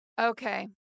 Okay